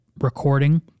recording